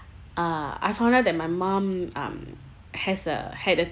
uh I found out that my mom um has a had a